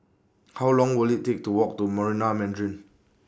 How Long Will IT Take to Walk to Marina Mandarin